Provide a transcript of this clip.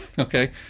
Okay